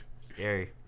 Scary